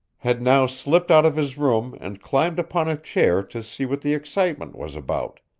had now slipped out of his room and climbed upon a chair to see what the excitement was about,